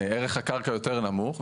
ערך הקרקע הוא יותר נמוך,